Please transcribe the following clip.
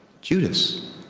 Judas